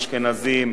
אשכנזים,